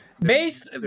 Based